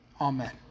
amen